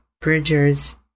bridger's